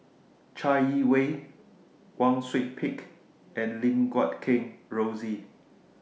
Chai Yee Wei Wang Sui Pick and Lim Guat Kheng Rosie